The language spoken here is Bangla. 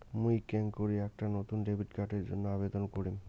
মুই কেঙকরি একটা নতুন ডেবিট কার্ডের জন্য আবেদন করিম?